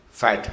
fat